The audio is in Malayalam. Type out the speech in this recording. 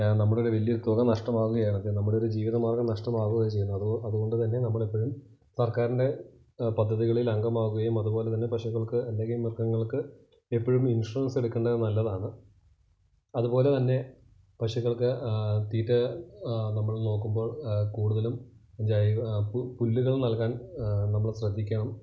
നമ്മുടേ ഒരു വലിയ തുക നഷ്ടമാവുകയാണ് അപ്പം നമ്മുടെ ഒരു ജീവിതമാര്ഗ്ഗം നഷ്ടമാവുകയാണ് ചെയ്യുന്നത് അതുകൊണ്ട് തന്നെ നമ്മൾ എപ്പോഴും സര്ക്കാരിന്റെ പദ്ധതികളില് അംഗമാവുകയും അതുപോലെ തന്നെ പശുക്കള്ക്ക് അല്ലെങ്കിൽ മൃഗങ്ങള്ക്ക് എപ്പോഴും ഇന്ഷുറന്സ് എടുക്കേണ്ടത് നല്ലതാണ് അതുപോലെ തന്നെ പശുക്കള്ക്ക് തീറ്റ നമ്മൾ നോക്കുമ്പോള് കൂടുതലും പുല്ലുകള് നല്കാന് നമ്മൾ ശ്രദ്ധിക്കണം